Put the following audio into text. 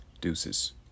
Deuces